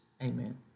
Amen